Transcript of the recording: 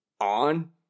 on